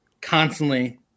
constantly